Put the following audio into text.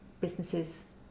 businesses